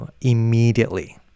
immediately